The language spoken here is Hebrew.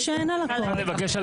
בסעיף (ב1)(ב)(1) אחרי 'פיזית או נפשית' יבוא